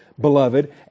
beloved